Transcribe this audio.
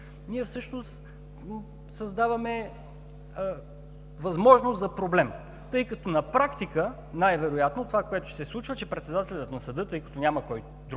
ние всъщност създаваме възможност за проблем, тъй като на практика най-вероятно това, което се случва, че председателят на съда, тъй като няма кой друг,